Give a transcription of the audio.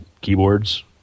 keyboards